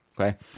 okay